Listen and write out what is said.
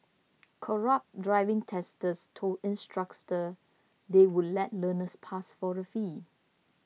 corrupt driving testers told instructors they would let learners pass for a fee